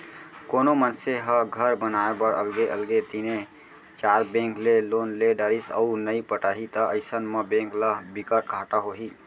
कोनो मनसे ह घर बनाए बर अलगे अलगे तीनए चार बेंक ले लोन ले डरिस अउ नइ पटाही त अइसन म बेंक ल बिकट घाटा होही